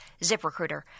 ZipRecruiter